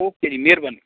okay ਜੀ ਮਿਹਰਬਾਨੀ